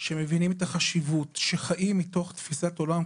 שמבינים את החשיבות וחיים מתוך תפיסת עולם,